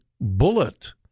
bullet